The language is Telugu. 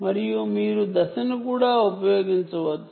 మరియు మీరు ఫేజ్ ను కూడా ఉపయోగించవచ్చు